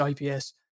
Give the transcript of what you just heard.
IPS